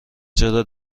چرا